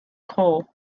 coal